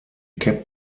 kept